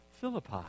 Philippi